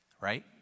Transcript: Right